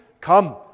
come